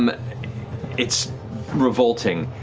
um it's revolting.